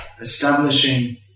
establishing